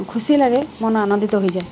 ଖୁସି ଲାଗେ ମନ ଆନନ୍ଦିତ ହୋଇଯାଏ